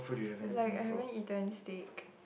like I haven't eaten steak